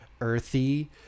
earthy